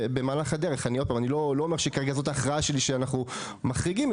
אני לא אומר שההכרעה שלי כרגע היא להחריג את